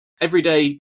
everyday